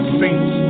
saints